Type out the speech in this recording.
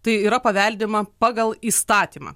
tai yra paveldima pagal įstatymą